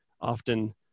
often